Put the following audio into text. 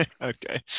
Okay